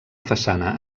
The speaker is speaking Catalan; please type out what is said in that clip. façana